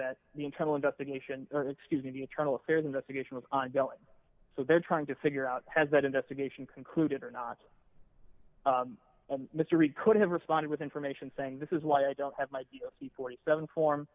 that the internal investigation excuse me the internal affairs investigation was ongoing so they're trying to figure out has that investigation concluded or not mr reed could have responded with information saying this is why i don't have my forty seven form